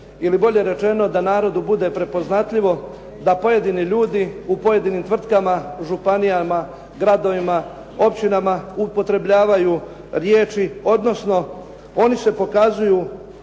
ili bolje rečeno da narodu bude prepoznatljivo da pojedini ljudi u pojedinim tvrtkama, županijama, gradovima, općinama upotrebljavaju riječi odnosno oni se pokazuju